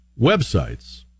websites